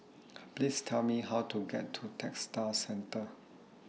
Please Tell Me How to get to Textile Centre